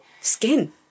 Skin